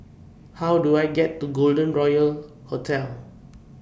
How Do I get to Golden Royal Hotel